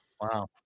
wow